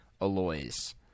alloys